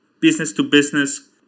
business-to-business